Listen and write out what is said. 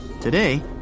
Today